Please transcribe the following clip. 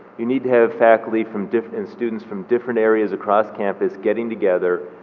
you need to have faculty from different, and students from different areas across campus getting together.